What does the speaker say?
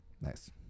Nice